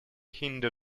hindu